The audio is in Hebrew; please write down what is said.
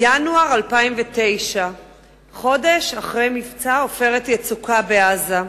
ינואר 2009 חודש אחרי מבצע "עופרת יצוקה" בעזה.